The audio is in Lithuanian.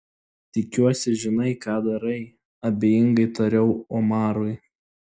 tikiuosi žinai ką darai abejingai tariau omarui